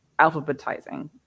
alphabetizing